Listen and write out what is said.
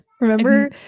remember